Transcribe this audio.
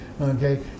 Okay